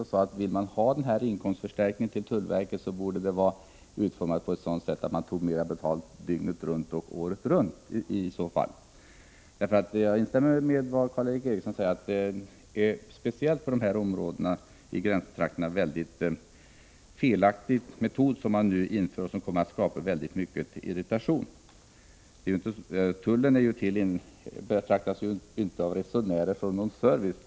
Jag sade att om man vill ha den här inkomstförstärkningen för tullverket, borde man i så fall ta betalt dygnet runt och året om. Jag instämmer i vad Karl Erik Eriksson säger, att det speciellt för gränstrakterna är en felaktig metod som kommer att skapa mycket irritation. Tullen betraktas ju inte av resenärerna som någon service.